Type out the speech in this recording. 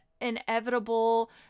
inevitable